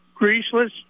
greaseless